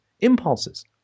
impulses